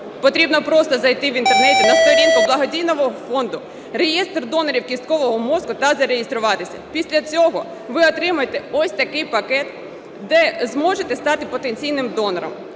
Потрібно просто зайти в Інтернеті на сторінку благодійного фонду, реєстр донорів кісткового мозку та зареєструватися. Після цього ви отримаєте ось такий пакет, де зможете стати потенційним донором.